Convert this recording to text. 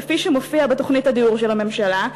כפי שמופיע בתוכנית הדיור של הממשלה,